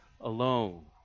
alone